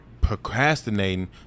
procrastinating